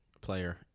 player